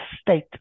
state